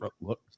look